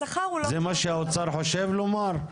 זה מה שהאוצר חושב לומר?